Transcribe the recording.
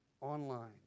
Online